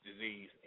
disease